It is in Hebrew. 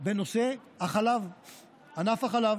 בנושא ענף החלב,